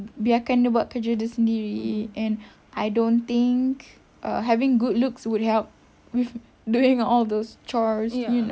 biarkan dia buat kerja dia sendiri and I don't think having good looks would help with doing all those chores you know